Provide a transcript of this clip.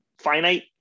finite